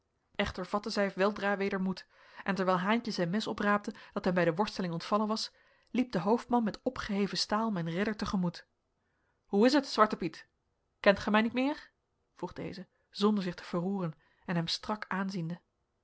echter vatteden zij weldra weder moed en terwijl haentje zijn mes opraapte dat hem bij de worsteling ontvallen was liep de hoofdman met opgeheven staal mijn redder tegemoet hoe is het zwarte piet kent gij mij niet meer vroeg deze zonder zich te verroeren en hem strak aanziende